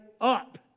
up